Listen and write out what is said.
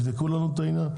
יבדקו את העניין,